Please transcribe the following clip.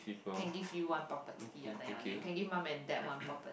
can give you one property under your name can give mum and dad one property